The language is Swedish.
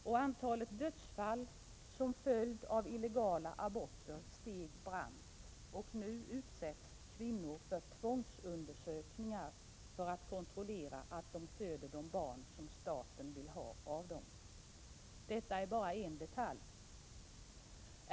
Antalet dödsfall som följd av illegala aborter steg brant. Nu utsätts kvinnor för tvångsundersökningar för att man skall kunna kontrollera att de föder de barn som staten vill ha av dem. Detta är bara en detalj.